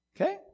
Okay